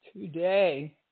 Today